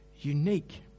unique